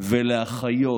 ולהחיות